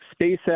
SpaceX